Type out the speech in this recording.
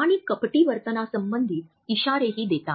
आणि कपटी वर्तनासंबंधित इशारेही देतात